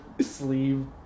sleeve